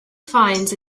finds